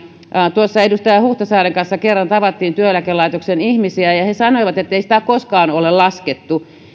tuossa edustaja huhtasaaren kanssa kerran tavattiin työeläkelaitoksen ihmisiä ja he sanoivat ettei sitä koskaan ole laskettu